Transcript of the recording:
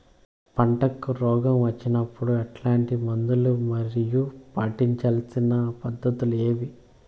పంటకు రోగం వచ్చినప్పుడు ఎట్లాంటి మందులు మరియు పాటించాల్సిన పద్ధతులు ఏవి?